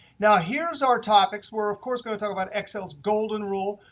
now, here's our topics. we're of course going to talk about excel's golden rule.